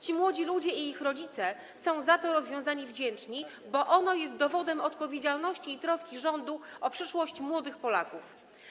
Ci młodzi ludzie i ich rodzice są za to rozwiązanie wdzięczni, bo ono jest dowodem odpowiedzialności i troski rządu o przyszłość młodych Polaków.